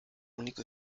único